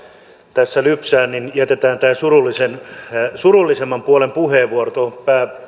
tässä lypsää niin jätetään surullisemman surullisemman puolen puheenvuoro